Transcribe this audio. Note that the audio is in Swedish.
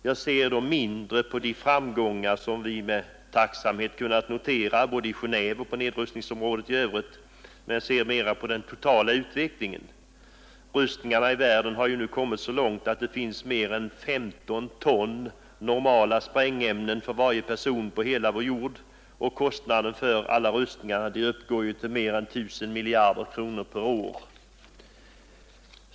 Jag ser då mindre på de framgångar som vi med tacksamhet kunnat notera både i Genéve och på nedrustningsområdet i övrigt och mera på den totala utvecklingen. Rustningarna i världen har nu kommit så långt att det finns mer än 15 ton normala sprängämnen för varje person på hela vår jord. Kostnaden för alla rustningarna uppgår till mer än 1 000 miljarder kronor per år.